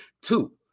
Two